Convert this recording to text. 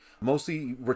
Mostly